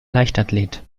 leichtathlet